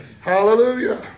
Hallelujah